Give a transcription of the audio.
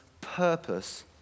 purpose